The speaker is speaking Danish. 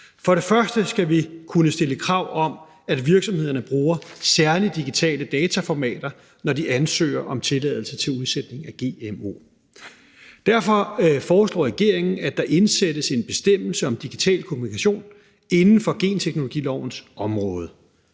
For det første skal vi kunne stille krav om, at virksomhederne bruger særlige digitale dataformater, når de ansøger om tilladelse til udsætning af gmo. Derfor foreslår regeringen, at der indsættes en bestemmelse om digital kommunikation inden for genteknologilovens område.